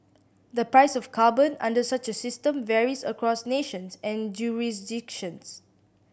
the price of carbon under such a system varies across nations and jurisdictions